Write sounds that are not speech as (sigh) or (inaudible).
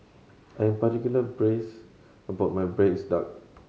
I am particular (unintelligible) about my braised duck